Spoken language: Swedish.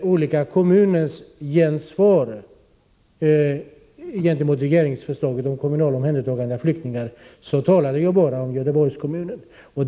olika kommuners gensvar gentemot regeringens förslag om kommunalt omhändertagande av flyktingar talade jag bara om Göteborgs kommun.